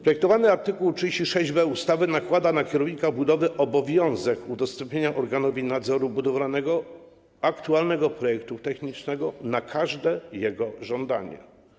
Projektowany art. 36b ustawy nakłada na kierownika budowy obowiązek udostępnienia organowi nadzoru budowlanego aktualnego projektu technicznego na każde jego żądanie.